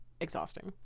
exhausting